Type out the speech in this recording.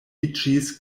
iĝis